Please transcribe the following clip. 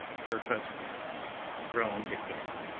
her husband groaned again.